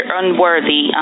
unworthy